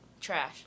Trash